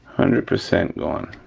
hundred percent going.